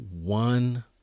one